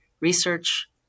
Research